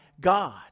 God